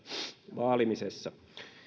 vaalimisessa